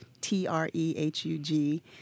T-R-E-H-U-G